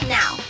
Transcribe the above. now